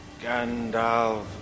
Gandalf